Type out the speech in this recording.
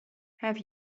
have